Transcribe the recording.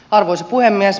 arvoisa puhemies